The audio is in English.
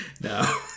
No